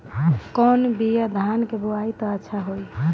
कौन बिया धान के बोआई त अच्छा होई?